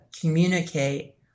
communicate